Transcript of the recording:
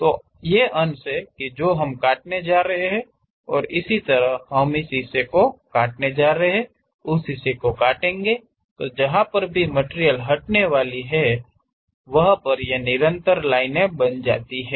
तो ये अंश हैं जो हम काटने जा रहे हैं और इसी तरह हम इस हिस्से को काटने जा रहे हैं उस हिस्से को काटेंगे तो जहा पर भी मटिरियल हटने वाली है वह पर ये निरंतर लाइनें बन जाती हैं